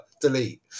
Delete